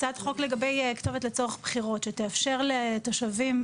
הצעת חוק לגבי כתובת לצורך בחירות שתאפשר לתושבים,